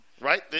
right